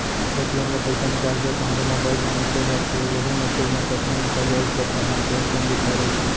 ATM ले पइसा निकालबे तहाँ ले मोबाईल म मेसेज आथे वहूँ मेसेज म कतना निकाले अउ कतना बाचे हे तेन लिखाए रहिथे